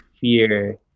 fear